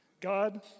God